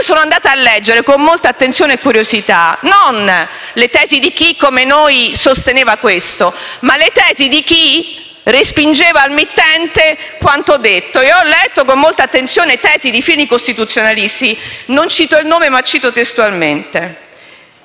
sono andata a leggere con molta attenzione e curiosità non già le tesi di chi, come noi, sosteneva questo, ma di chi respingeva al mittente quanto detto. Ho letto con molta attenzione le tesi di fini costituzionalisti. Non faccio nomi, ma cito testualmente